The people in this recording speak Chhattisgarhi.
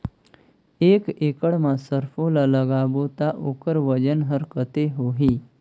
एक एकड़ मा सरसो ला लगाबो ता ओकर वजन हर कते होही?